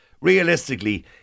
realistically